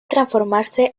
transformarse